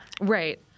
Right